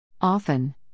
Often